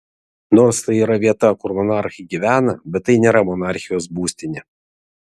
nors tai yra vieta kur monarchai gyvena bet tai nėra monarchijos būstinė